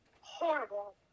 horrible